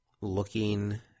looking